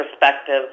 perspective